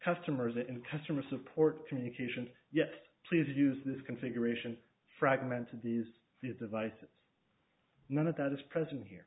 customers in customer support communications yes please use this configuration fragments of these devices none of that is present here